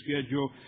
schedule